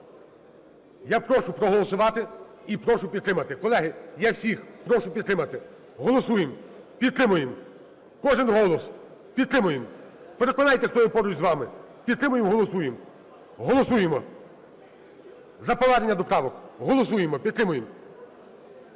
Я прошу проголосувати і прошу підтримати. Колеги, я всіх прошу підтримати. Голосуємо. Підтримуємо. Кожен голос. Підтримуємо. Переконайте, хто є поруч з вами. Підтримуємо і голосуємо. Голосуємо за повернення до правок. Голосуємо! Підтримуємо!